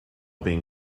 been